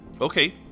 Okay